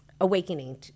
awakening